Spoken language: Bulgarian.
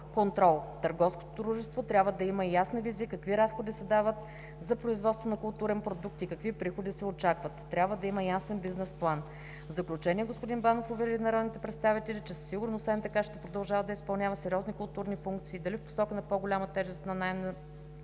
контрол. Търговското дружества трябва да има ясна визия какви разходи се дават за производството на културен продукт и какви приходи се очакват, трябва да има ясен бизнес план. В заключение господин Банов увери народните представители, че със сигурност НДК ще продължава да изпълнява сериозни културни функции – дали в посока на по-голяма тежест на наем